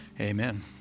Amen